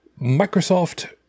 Microsoft